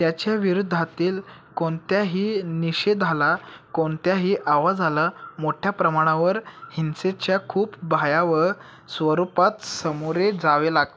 त्याच्या विरोधातील कोणत्याही निषेधाला कोणत्याही आवाजाला मोठ्या प्रमाणावर हिंसेच्या खूप भयावह स्वरूपात सामोरे जावे लाग